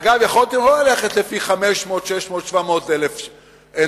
אגב, יכולתם לא ללכת לפי 500, 600, 700 אלף נפש.